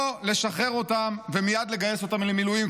אין שום בעיה או לשחרר אותם ומייד לגייס אותם למילואים,